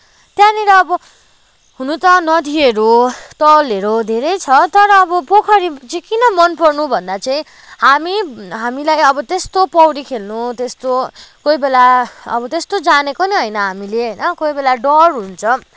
त्यहाँनिर अब हुन त नदीहरू तालहरू धेरै छ तर अब पोखरी चाहिँ किन मन पर्नु भन्दा चाहिँ हामी हामीलाई अब त्यस्तो पौडी खेल्नु त्यस्तो कोही बेला अब त्यस्तो जानेको नि होइन हामीले होइन कोही बेला डर हुन्छ